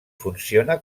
funciona